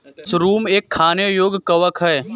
mushroom एक खाने योग्य कवक है